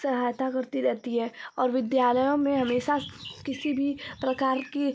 सहायता करती रहती है और विद्यालयों में हमेशा किसी भी प्रकार के